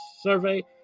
survey